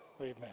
Amen